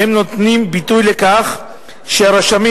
והם נותנים ביטוי לכך שהרשמים,